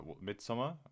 midsummer